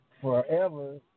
forever